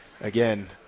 again